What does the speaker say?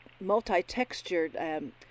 Multi-textured